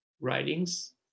writings